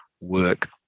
work